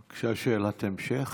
בבקשה, שאלת המשך.